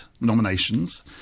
nominations